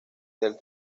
del